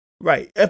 Right